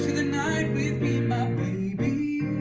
night, be my baby,